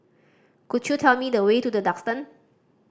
could you tell me the way to The Duxton